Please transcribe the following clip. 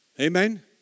Amen